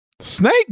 Snake